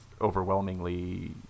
overwhelmingly